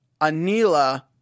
Anila